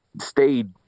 stayed